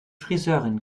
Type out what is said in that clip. friseurin